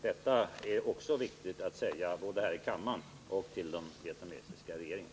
Detta är också viktigt att säga både här i kammaren och till den vietnamesiska regeringen.